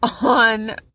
On